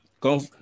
Go